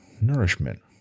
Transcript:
nourishment